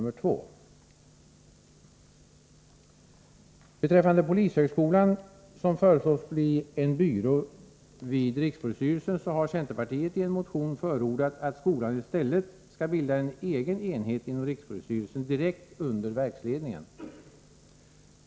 BMSnoNsvI Beträffande polishögskolan; som föreslås, bli enibyrå vid. rikspolisstyrelsen, har centerpartiet.i.en motion förordat. att, den ;i;stället skall bilda en; egen enhet:inoms rikspolisstyrelsen sdirekt, under, verksledningen.